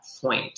point